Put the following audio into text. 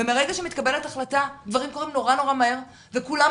ומרגע שמתקבלת החלטה דברים קורים מהר מאוד וכולם